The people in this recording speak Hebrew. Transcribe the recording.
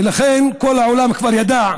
ולכן, כל העולם כבר ידע,